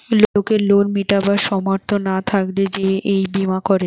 লোকের লোন মিটাবার সামর্থ না থাকলে সে এই বীমা করে